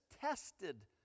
tested